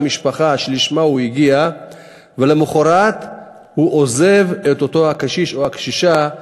משפחה שלשמה הוא הגיע ולמחרת לעזוב את אותו קשיש או קשישה.